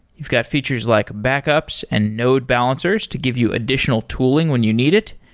you've got features like backups and node balancers to give you additional tooling when you need it.